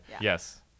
yes